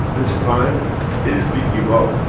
this time if we give up,